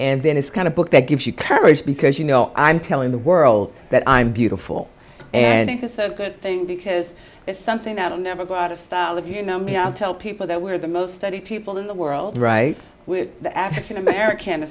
and then it's kind of book that gives you courage because you know i'm telling the world that i'm beautiful and this is a good thing because it's something that i'll never go out of style of you know maybe i'll tell people that we're the most studied people in the world right the african american